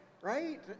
right